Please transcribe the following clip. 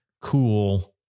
cool